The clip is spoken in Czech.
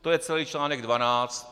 To je celý článek 12.